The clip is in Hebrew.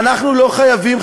ואנחנו לא חייבים,